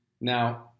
Now